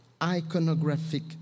iconographic